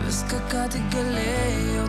viską ką tik galėjau